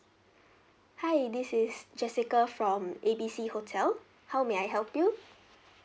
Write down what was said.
hi this is jessica from A B C hotel how may I help you